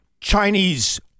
Chinese